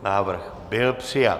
Návrh byl přijat.